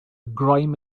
grime